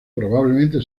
probablemente